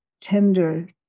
tender